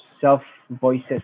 self-voices